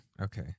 Okay